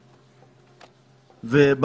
תודה.